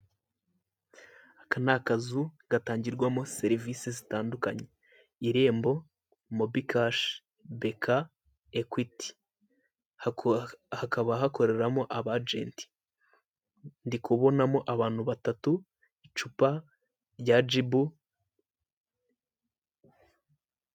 Aka ni akazu gatangirwamo serivise zitandukanye , irembo mobikash, beka , ekwiti . Hakaba hakorermo abajeti , ndi kubonamo abantu batatu icupa rya jibu.